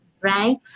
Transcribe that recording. right